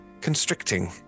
constricting